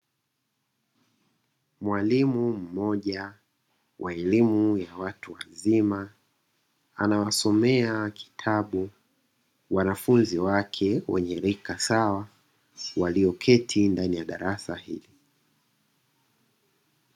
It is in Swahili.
Mwalimu mmoja wa elimu ya watu wazima anawasomea kitabu wanafunzi wake wenye rika sawa walioketi ndani ya darasa hili.